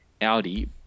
Audi